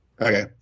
Okay